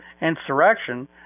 insurrection